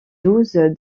douze